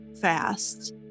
fast